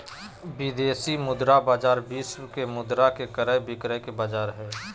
विदेशी मुद्रा बाजार विश्व के मुद्रा के क्रय विक्रय के बाजार हय